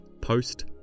post